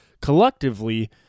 Collectively